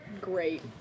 great